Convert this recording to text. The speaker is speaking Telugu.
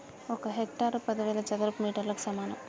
ఒక హెక్టారు పదివేల చదరపు మీటర్లకు సమానం